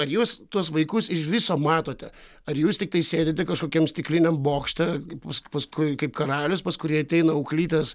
ar jūs tuos vaikus iš viso matote ar jūs tiktai sėdite kažkokiam stikliniame bokšte bus paskui kaip karalius pas kurį ateina auklytės